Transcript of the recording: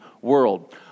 world